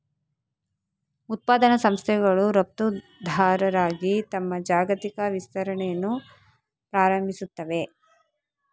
ಉತ್ಪಾದನಾ ಸಂಸ್ಥೆಗಳು ರಫ್ತುದಾರರಾಗಿ ತಮ್ಮ ಜಾಗತಿಕ ವಿಸ್ತರಣೆಯನ್ನು ಪ್ರಾರಂಭಿಸುತ್ತವೆ